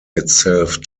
itself